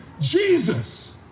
Jesus